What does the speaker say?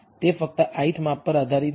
તે ફક્ત ith માપ પર આધારિત નથી